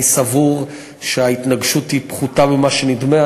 אני סבור שההתנגשות פחותה ממה שנדמה.